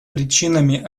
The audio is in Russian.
причинами